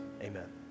amen